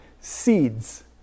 seeds